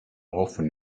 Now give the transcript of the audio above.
often